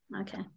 Okay